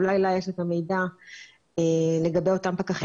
אולי לה יש את המידע לגבי אותם פקחים.